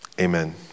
amen